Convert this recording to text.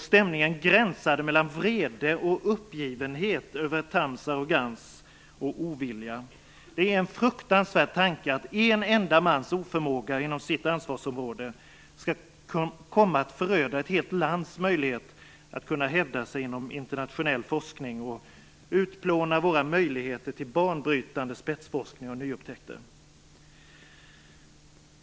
Stämningen gränsade mellan vrede och uppgivenhet över Thams arrogans och ovilja. Det är en fruktansvärd tanke att en enda mans oförmåga inom sitt ansvarsområde skall komma att föröda ett helt lands möjlighet att kunna hävda sig inom internationell forskning och utplåna våra möjligheter till banbrytande spetsforskning och nya upptäckter.